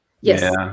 Yes